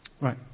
right